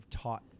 taught